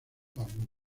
arbustos